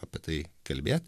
apie tai kalbėt